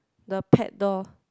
the pet door